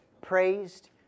Praised